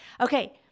Okay